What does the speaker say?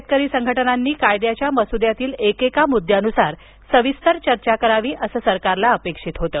शेतकरी संघटनांनी कायद्याच्या मसुद्यातील एकेका मुद्यानुसार सविस्तर चर्चा करावी असं सरकारला अपेक्षित होत